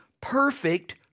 perfect